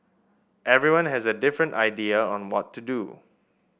everyone has a different idea on what to do